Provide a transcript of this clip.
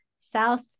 south